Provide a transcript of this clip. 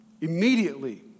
Immediately